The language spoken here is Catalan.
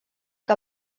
que